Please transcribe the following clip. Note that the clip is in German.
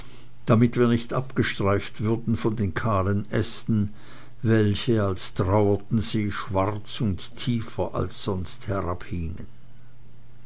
damit wir nicht abgestreift würden von den kahlen ästen welche als trauerten sie schwarz und tiefer als sonst